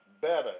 better